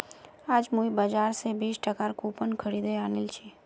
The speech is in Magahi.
आज मुई बाजार स बीस टकार कूपन खरीदे आनिल छि